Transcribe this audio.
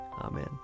Amen